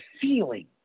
feeling